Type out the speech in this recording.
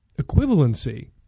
equivalency